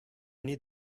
need